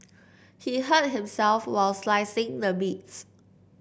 he hurt himself while slicing the meats